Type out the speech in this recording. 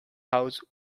house